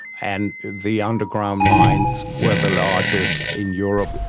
and the underground mines were the largest in europe,